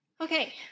okay